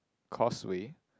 causeway